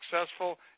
successful